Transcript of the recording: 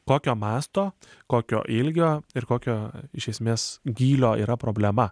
kokio masto kokio ilgio ir kokio iš esmės gylio yra problema